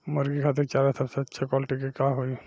मुर्गी खातिर चारा सबसे अच्छा क्वालिटी के का होई?